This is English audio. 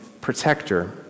protector